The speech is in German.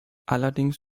allerdings